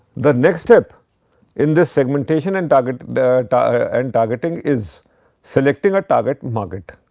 the next step in this segmentation and target and targeting is selecting a target market.